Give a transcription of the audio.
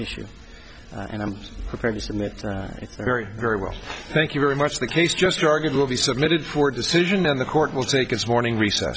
issue and i'm prepared to submit it's very very well thank you very much the case just argued will be submitted for decision on the court will take its morning r